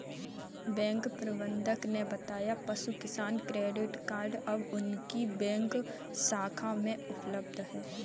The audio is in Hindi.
बैंक प्रबंधक ने बताया पशु किसान क्रेडिट कार्ड अब उनकी बैंक शाखा में उपलब्ध है